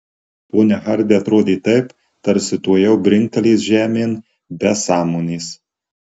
ponia hardi atrodė taip tarsi tuojau brinktelės žemėn be sąmonės